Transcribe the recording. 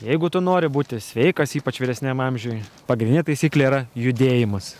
jeigu tu nori būti sveikas ypač vyresniam amžiuj pagrindinė taisyklė yra judėjimas